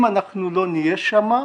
אם אנחנו לא נהיה שם,